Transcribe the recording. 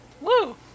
Woo